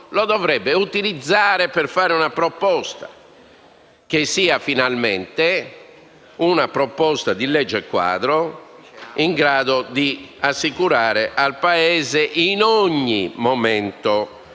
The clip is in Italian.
dovrebbe utilizzare questo contesto per fare una proposta, che sia finalmente una proposta di legge-quadro, in grado di assicurare al Paese, in ogni momento,